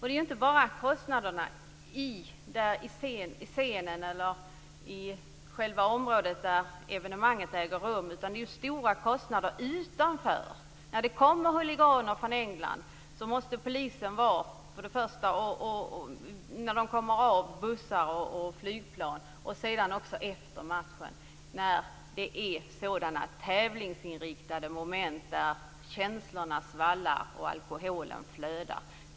Det är inte bara kostnader för poliser vid scenen eller i det område som evenemanget äger rum. Det är ju också stora kostnader för poliser utanför dessa områden. Polisen måste vara på plats när huliganer från England kommer från bussar och flygplan. Sedan måste det finnas poliser efter t.ex. en match. Det handlar om tävlingsinriktade moment där känslorna svallar och alkoholen flödar.